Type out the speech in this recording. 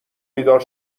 بیدار